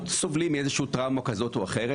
סובלים מאיזושהי טראומה כזאת או אחרת.